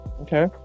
okay